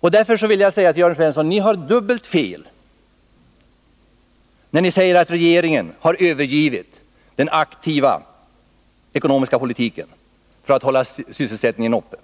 Ni har dubbelt fel, Jörn Svensson, när ni säger att regeringen har övergivit den aktiva ekonomiska politiken för att hålla sysselsättningen uppe.